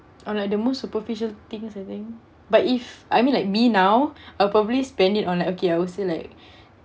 on like the most superficial things I think but if I mean like me now I'll probably spend it on like okay I will say like